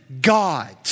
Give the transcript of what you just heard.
God